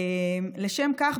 לשם כך,